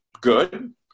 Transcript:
good